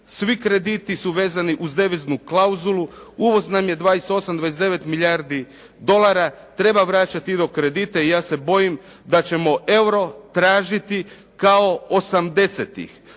Svi krediti su vezani uz deviznu klauzulu. Uvoz nam je 28, 29 milijardi dolara. Treba vraćati ino kredite i ja se bojim da ćemo euro tražiti kao osamdesetih